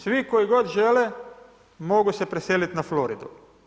Svi koji god žele mogu se preseliti na Floridu.